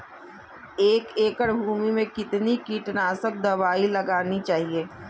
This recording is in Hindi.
एक एकड़ भूमि में कितनी कीटनाशक दबाई लगानी चाहिए?